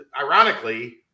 ironically